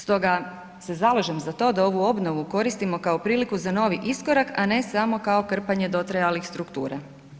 Stoga se zalažem za to da ovu obnovu koristimo kao priliku za novi iskorak, a ne samo kao krpanje dotrajalih struktura.